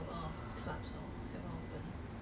I just don't want school to be online